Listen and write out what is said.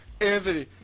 Anthony